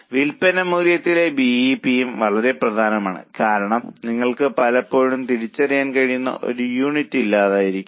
വിൽപ്പന മൂല്യത്തിലെ B E P യും വളരെ പ്രധാനമാണ് കാരണം നിങ്ങൾക്ക് പലപ്പോഴും തിരിച്ചറിയാൻ കഴിയുന്ന ഒരു യൂണിറ്റ് ഇല്ലായിരിക്കാം